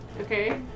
Okay